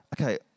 okay